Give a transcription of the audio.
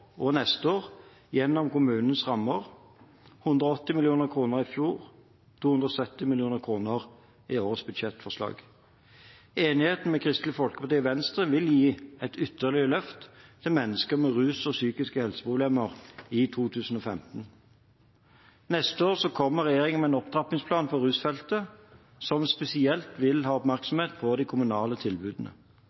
og neste år gjennom kommunenes rammer – 180 mill. kr i fjor, 270 mill. kr i årets budsjettforslag. Enigheten med Venstre og Kristelig Folkeparti vil gi et ytterligere løft for mennesker med rusproblemer og psykiske helseproblemer i 2015. Neste år kommer regjeringen med en opptrappingsplan på rusfeltet, som spesielt vil ha oppmerksomhet på de kommunale tilbudene.